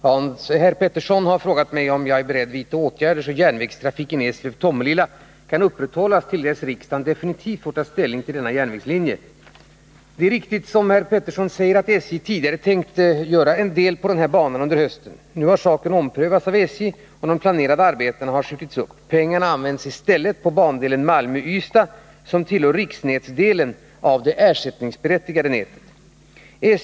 Herr talman! Hans Petersson i Röstånga har frågat mig om jag är beredd vidta åtgärder så att järnvägstrafiken Eslöv-Tomelilla kan upprätthållas till dess riksdagen definitivt får ta ställning till denna järnvägslinje. Det är riktigt som herr Petersson säger, att SJ tidigare tänkte vidta en del åtgärder på banan under hösten. Nu har saken omprövats av SJ, och de planerade arbetena har skjutits upp. Pengarna används i stället på bandelen Malmö-Ystad som tillhör riksnätsdelen av det ersättningsberättigade nätet.